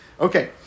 Okay